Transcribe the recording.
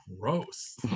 gross